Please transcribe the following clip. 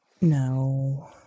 No